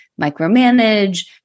micromanage